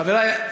חברי,